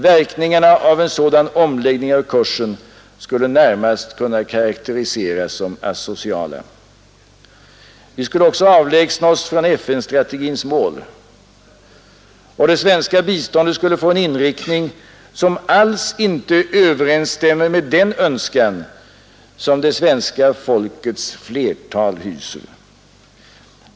Verkningarna av en sådan omläggning av kursen skulle närmast kunna karakteriseras som asociala. Vi skulle också avlägsna oss från FN-strategins mål. Och det svenska biståndet skulle få en inriktning som alls inte överensstämmer med den önskan som det svenska folkets flertal hyser.